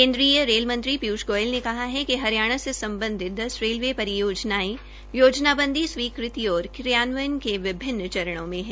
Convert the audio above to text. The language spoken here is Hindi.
केन्द्रीय रेल मंत्री पीयूष गोयल ने कहा है कि हरियाणा से सम्बधित दस रेलवे परियोजनायें योजनाबंदी स्वीकृति और क्रियान्वयन के विभिन्न चरणों में है